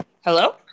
Hello